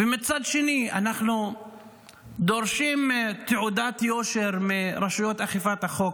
ומצד שני אנחנו דורשים תעודת יושר מרשויות אכיפת החוק.